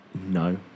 no